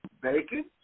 bacon